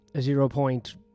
zero-point